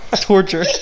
Torture